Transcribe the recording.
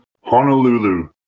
Honolulu